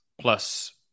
plus